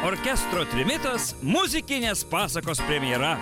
orkestro trimitas muzikinės pasakos premjera